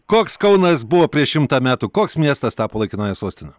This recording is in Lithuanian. koks kaunas buvo prieš šimtą metų koks miestas tapo laikinąja sostine